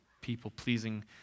people-pleasing